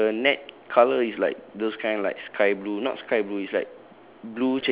and the net colour is like those kind like sky blue not sky blue it's like